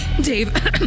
Dave